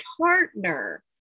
partner